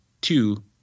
two